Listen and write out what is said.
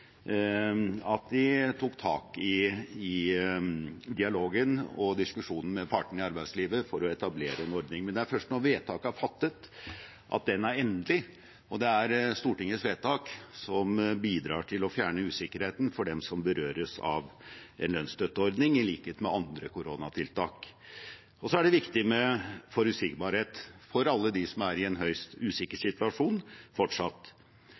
at de tok tak i dialogen og diskusjonen med partene i arbeidslivet for å etablere en ordning. Men det er først når vedtaket er fattet, at det er endelig, og det er Stortingets vedtak som bidrar til å fjerne usikkerheten for dem som berøres av en lønnsstøtteordning, i likhet med andre koronatiltak. Det er også viktig med forutsigbarhet for alle dem som fortsatt er i en høyst usikker